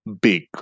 big